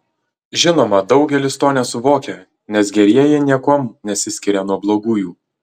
žinoma daugelis to nesuvokia nes gerieji niekuom nesiskiria nuo blogųjų